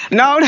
no